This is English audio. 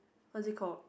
what's it called